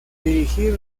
dirigir